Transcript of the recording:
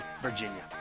Virginia